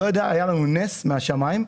היה לנו נס מהשמיים,